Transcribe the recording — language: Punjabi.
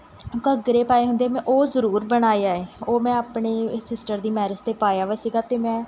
ਘੱਗਰੇ ਪਾਏ ਹੁੰਦੇ ਮੈਂ ਉਹ ਜ਼ਰੂਰ ਬਣਾਇਆ ਏ ਉਹ ਮੈਂ ਆਪਣੀ ਸਿਸਟਰ ਦੀ ਮੈਰਿਜ 'ਤੇ ਪਾਇਆ ਵਾ ਸੀਗਾ ਅਤੇ ਮੈਂ